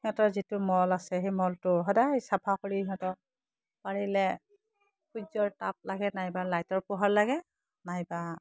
সিহঁতৰ যিটো মল আছে সেই মলটো সদায় চাফা কৰি সিহঁতক পাৰিলে সূৰ্যৰ তাপ লাগে নাইবা লাইটৰ পোহৰ লাগে নাইবা